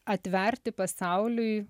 atverti pasauliui